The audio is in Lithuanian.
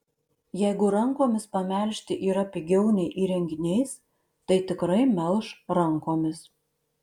jeigu rankomis pamelžti yra pigiau nei įrenginiais tai tikrai melš rankomis